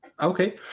Okay